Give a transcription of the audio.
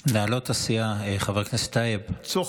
מנהלות הסיעה, חבר הכנסת טייב, אנא.